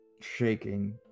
shaking